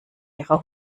ihrer